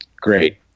great